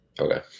Okay